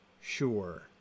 sure